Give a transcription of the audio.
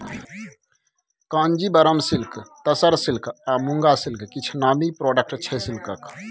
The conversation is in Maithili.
कांजीबरम सिल्क, तसर सिल्क आ मुँगा सिल्क किछ नामी प्रोडक्ट छै सिल्कक